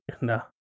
no